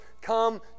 come